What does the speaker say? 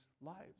lives